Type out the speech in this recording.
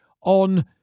on